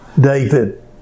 David